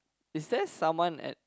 is there someone at